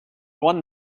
one